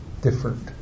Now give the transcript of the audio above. different